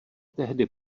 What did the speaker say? tehdy